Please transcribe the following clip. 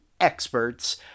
experts